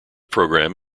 program